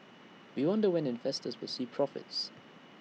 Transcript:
we wonder when investors will see profits